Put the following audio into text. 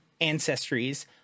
ancestries